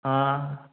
हाँ